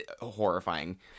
horrifying